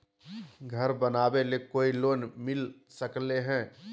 घर बनावे ले कोई लोनमिल सकले है?